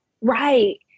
Right